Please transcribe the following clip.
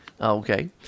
Okay